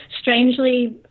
strangely